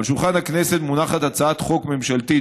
על שולחן הכנסת מונחת הצעת חוק ממשלתית,